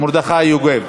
ארבעה נמנעים.